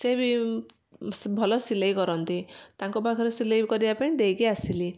ସେ ବି ସ୍ ଭଲ ସିଲେଇ କରନ୍ତି ତାଙ୍କ ପାଖରେ ସିଲେଇ କରିବା ପାଇଁ ଦେଇକି ଆସିଲି